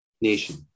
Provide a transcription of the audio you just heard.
nation